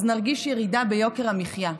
אז נרגיש ירידה ביוקר המחיה.